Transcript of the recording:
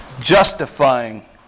justifying